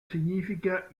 significa